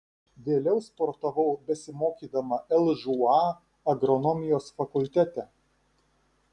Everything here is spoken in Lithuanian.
vėliau sportavau besimokydama lžūa agronomijos fakultete